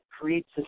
creates